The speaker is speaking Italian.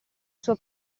sua